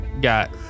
got